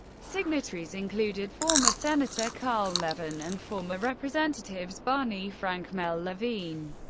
signatories included former senator carl levin and former representatives barney frank, mel levine,